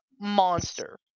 monster